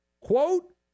quote